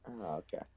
Okay